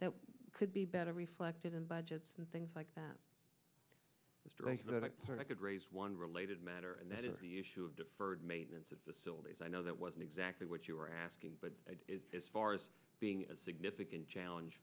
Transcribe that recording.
that could be better reflected in budgets and things like that sort of could raise one related matter and that is the issue of deferred maintenance of facilities i know that wasn't exactly what you were asking but as far as being a significant challenge